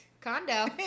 condo